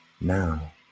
Now